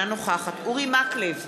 אינה נוכחת אורי מקלב,